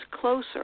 closer